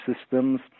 systems